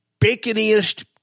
baconiest